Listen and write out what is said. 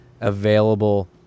available